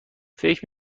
فکر